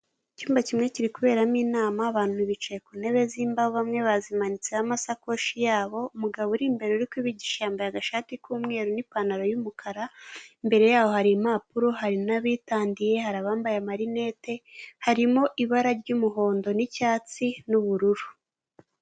Icyumba kimwe kiri kuberamo inama, abantu bicaye ku ntebe z'imbaho bamwe bazimanitseho amasakoshi yabo, umugabo uri imbere uri kubigisha yambaye agashati k'umweru n'ipantaro y'umukara, imbere yaho hari impapuro hari n'abitandiye, hari abambaye amarinete, harimo ibara ry'umuhondo n'icyatsi n'ubururu.